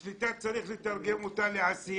את השליטה צריך לתרגם לעשייה,